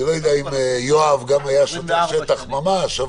אני לא יודע אם יואב גם היה שוטר שטח ממש,